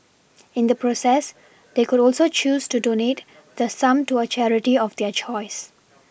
in the process they could also choose to donate the sum to a charity of their choice